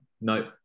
No